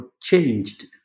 changed